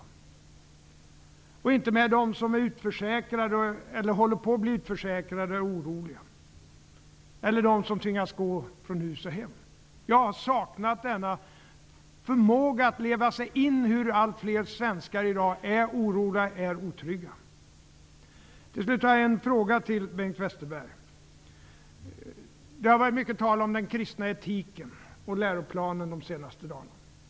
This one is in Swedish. Det visas ingen medkänsla med dem som är eller håller på att bli utförsäkrade och är oroliga eller med dem som tvingas gå från hus och hem. Jag har saknat denna förmåga att leva sig in i det faktum att allt fler svenskar i dag är oroliga och otrygga. Till slut har jag en fråga till Bengt Westerberg. Det har varit mycket tal om den kristna etiken och läroplanen de senaste dagarna.